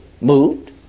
moved